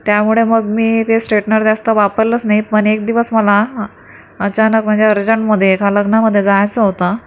त्यामुडे मग मी ते स्ट्रेटनेर जास्त वापरलंच नाही पण एक दिवस मला अचानक म्हणजे अर्जेंटमध्ये एका लग्नामध्ये जायचं होतं